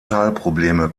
teilprobleme